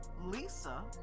Lisa